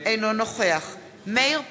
אינו נוכח מאיר פרוש,